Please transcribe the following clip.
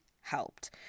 helped